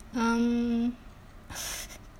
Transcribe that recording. um